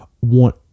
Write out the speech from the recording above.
want